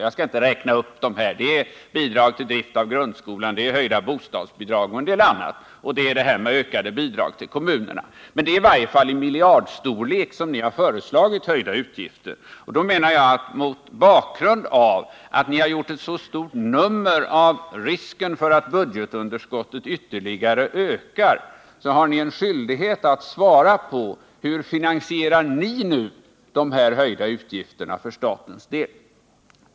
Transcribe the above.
Jag skall inte heller här räkna upp alla förslag, men det gäller bl.a. bidrag till driften av grundskolan, höjda bostadsbidrag, ökade bidrag till kommunerna och en hel del annat. Ni har i varje fall föreslagit höjda avgifter i miljardstorlek. Mot bakgrund av att ni har gjort ett så stort nummer av risken för att budgetunderskottet ytterligare ökar menar jag att ni har skyldighet att besvara hur ni nu avser att finansiera dessa höjda utgifter för statens del.